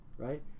Right